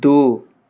दुइ